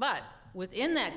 but within that